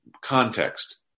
context